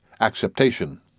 acceptation